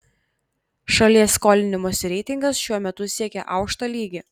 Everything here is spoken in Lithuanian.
šalies skolinimosi reitingas šiuo metu siekia aukštą lygį